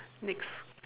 next